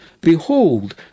behold